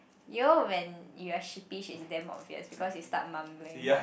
you know when you are sleepy is damn obvious because it start mumbling